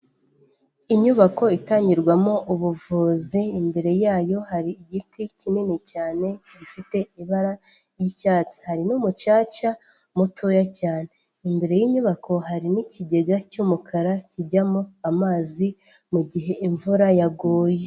Inyubako itangirwamo ubuvuzi imbere yayo hari igiti kinini cyane gifite ibara ry'icyatsi, hari n'umucaca mutoya cyane, imbere y'inyubako hari n'ikigega cy'umukara kijyamo amazi mu gihe imvura yaguye.